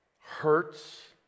hurts